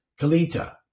Kalita